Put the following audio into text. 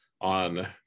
on